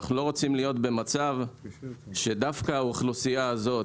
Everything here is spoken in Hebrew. אנחנו לא רוצים להיות במצב שדווקא האוכלוסייה הזאת,